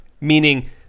Meaning